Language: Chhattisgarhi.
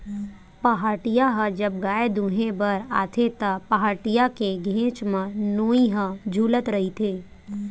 पहाटिया ह जब गाय दुहें बर आथे त, पहाटिया के घेंच म नोई ह छूलत रहिथे